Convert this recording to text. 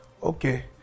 Okay